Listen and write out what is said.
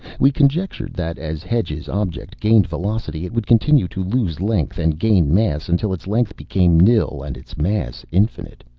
we conjectured that as hedge's object gained velocity it would continue to lose length and gain mass until its length became nil and its mass infinite.